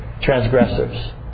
transgressors